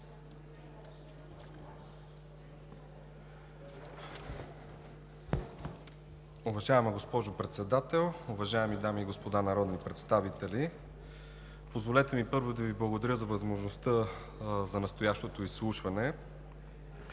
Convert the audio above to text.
Уважаема госпожо Председател, уважаеми дами и господа народни представители! Позволете ми, първо, да Ви благодаря за възможността за настоящото изслушване